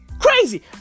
Crazy